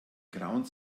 grauen